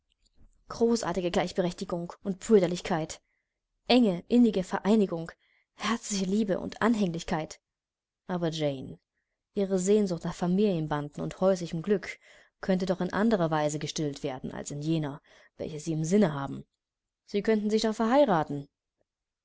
großartige gleichberechtigung und brüderlichkeit enge innige vereinigung herzliche liebe und anhänglichkeit aber jane ihre sehnsucht nach familienbanden und häuslichem glück könnte doch in anderer weise gestillt werden als in jener welche sie im sinne haben sie könnten sich doch verheiraten